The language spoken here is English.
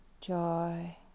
joy